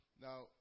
Now